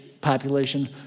population